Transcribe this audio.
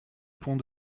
pont